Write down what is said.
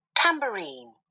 tambourine